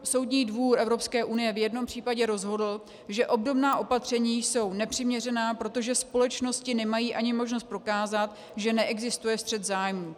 Soudní dvůr Evropské unie v jednom případě rozhodl, že obdobná opatření jsou nepřiměřená, protože společnosti ani nemají možnost prokázat, že neexistuje střet zájmů.